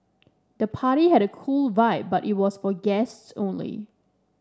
the party had a cool vibe but it was for guests only